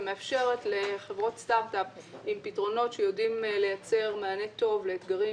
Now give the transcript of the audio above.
ומאפשרת לחברות סטארט-אפ עם פתרונות שיודעים לייצר מענה טוב לאתגרים